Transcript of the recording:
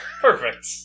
Perfect